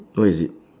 what is it